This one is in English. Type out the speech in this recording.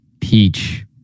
peach